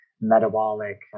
metabolic